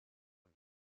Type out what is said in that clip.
rues